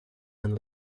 and